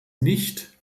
nicht